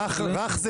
רך,